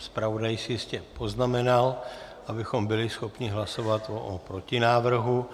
Zpravodaj si jistě poznamenal, abychom byli schopni hlasovat o protinávrhu.